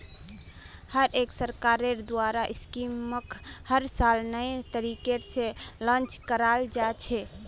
हर एक सरकारेर द्वारा स्कीमक हर साल नये तरीका से लान्च कराल जा छे